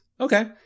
okay